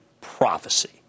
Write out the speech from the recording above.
prophecy